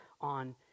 on